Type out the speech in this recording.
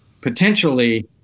potentially